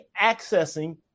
accessing